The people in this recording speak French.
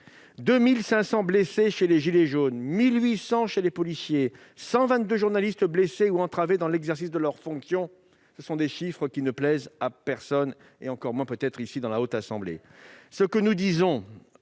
2 500 blessés chez les gilets jaunes, 1 800 chez les policiers, 122 journalistes blessés ou entravés dans l'exercice de leurs fonctions. Ces chiffres ne plaisent à personne- encore moins peut-être aux membres de notre Haute Assemblée ... Ce que nous disons,